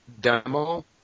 demo